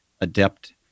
adept